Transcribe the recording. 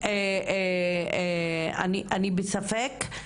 - אני בספק.